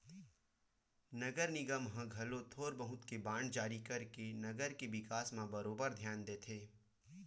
नगर निगम ह घलो थोर बहुत के बांड जारी करके नगर के बिकास म बरोबर धियान देथे